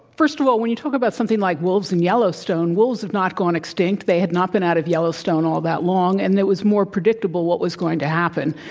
first of all, when you talk about something like wolves in yellowstone, wolves have not gone extinct. they had not been out of yellowstone all that long. and it was more predictable, what was going to happen.